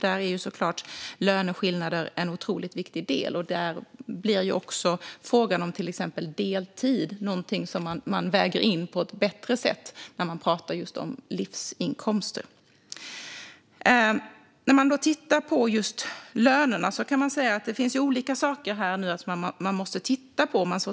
Där är såklart löneskillnader en otroligt viktig del, och där blir också frågan om exempelvis deltid någonting som man väger in på ett bättre sätt när man pratar om livsinkomster. När det gäller lönerna finns det olika saker man måste titta på.